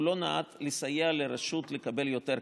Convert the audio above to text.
לא נועד לסייע לרשות לקבל יותר כסף,